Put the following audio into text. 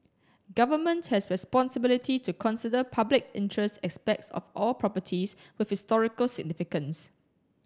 government has responsibility to consider public interest aspects of all properties with historical significance